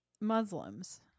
Muslims